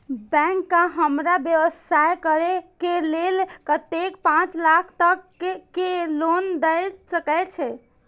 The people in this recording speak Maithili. बैंक का हमरा व्यवसाय करें के लेल कतेक पाँच लाख तक के लोन दाय सके छे?